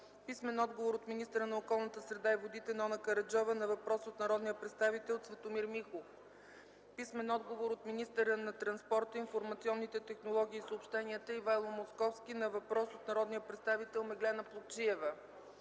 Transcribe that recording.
Димитров; - от министъра на околната среда и водите Нона Караджова на въпрос от народния представител Цветомир Михов; - от министъра на транспорта, информационните технологии и съобщенията Ивайло Московски на въпрос от народния представител Меглена Плугчиева;